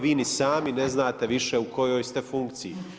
Vi ni sami ne znate više u kojoj ste funkciji.